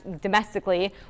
domestically